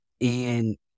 And-